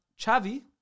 Chavi